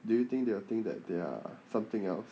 do you think they will think that they're something else